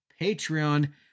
Patreon